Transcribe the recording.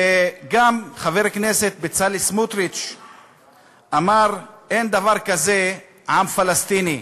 וגם חבר הכנסת בצלאל סמוטריץ אמר: אין דבר כזה עם פלסטיני.